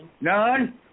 None